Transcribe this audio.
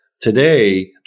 Today